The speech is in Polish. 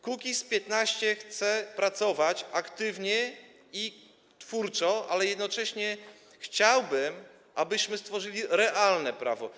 Kukiz’15 chce pracować aktywnie i twórczo, ale jednocześnie chciałbym, abyśmy stworzyli realne prawo.